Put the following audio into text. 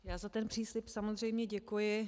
Já za ten příslib samozřejmě děkuji.